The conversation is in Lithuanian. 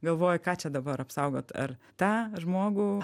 galvoji ką čia dabar apsaugot ar tą žmogų